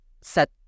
set